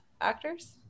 actors